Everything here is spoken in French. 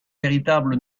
véritable